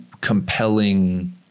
compelling